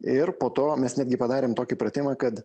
ir po to mes netgi padarėm tokį pratimą kad